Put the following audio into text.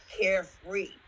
carefree